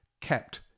kept